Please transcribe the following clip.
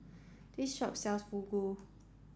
this shop sells Fugu